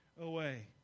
away